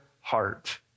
heart